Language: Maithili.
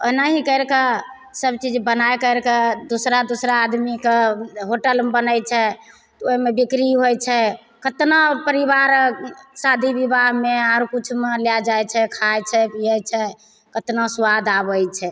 ओनाही करिके सब चीज बनाए करिके दोसरा दोसरा आदमीके होटलमे बनैत छै तऽ ओहिमे बिक्री होइत छै केतना परिबार शादी बिबाहमे आर किछुमे लै जाइत छै खाय छै पिए छै केतना स्वाद आबैत छै